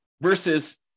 versus